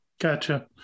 Gotcha